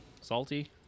Salty